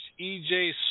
EJ